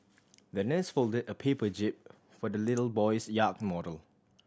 the nurse folded a paper jib for the little boy's yak model